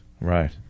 Right